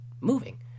moving